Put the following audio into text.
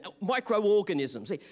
microorganisms